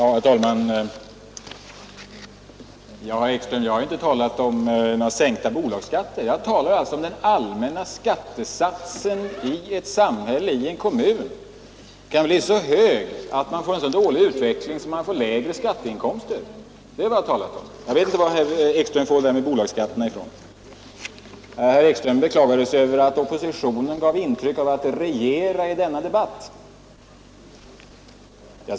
Herr talman! Jag har, herr Ekström, inte talat om några bolagsskatter. Jag påstår att den allmänna skattesatsen i ett samhälle och i en kommun kan bli så hög att utvecklingen försämras och skatteinkomsterna minskar. Jag vet inte varifrån herr Ekström får talet om bolagsskatterna. Herr Ekström beklagade sig över att oppositionen gav ett intryck av att regera i denna debatt.